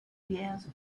years